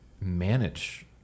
manage